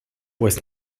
was